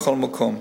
ובכל מקום.